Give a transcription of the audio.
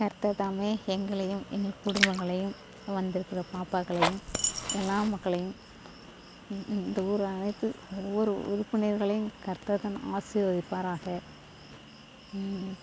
கர்த்தர் தாமே எங்களையும் எங்கள் குடும்பங்களையும் வந்திருக்குற பாப்பாக்களையும் எல்லா மக்களையும் இந் இந்த ஊர் அனைத்து ஊர் உறுப்பினர்களையும் கர்த்தர் தான் ஆசீர்வதிப்பாராக